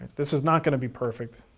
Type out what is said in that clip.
this is not gonna be perfect.